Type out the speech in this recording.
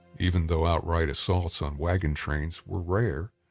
even though outright assaults on wagon trains were rare,